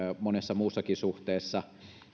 monessa muussakin suhteessa